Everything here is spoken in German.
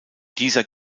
dieser